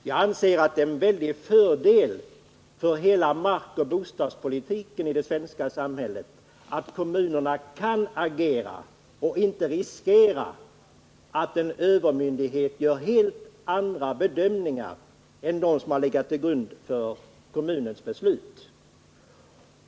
Jag anser att det är en väldig fördel för markoch bostadspolitiken i det svenska samhället att kommunerna kan agera och inte riskerar att en övermyndighet gör helt andra bedömningar än dem som har legat till grund för kommunens beslut.